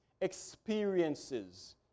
experiences